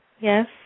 Yes